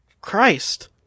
Christ